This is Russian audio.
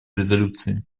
резолюции